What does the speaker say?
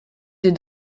des